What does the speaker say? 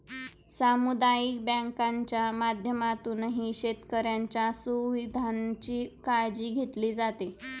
सामुदायिक बँकांच्या माध्यमातूनही शेतकऱ्यांच्या सुविधांची काळजी घेतली जाते